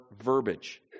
verbiage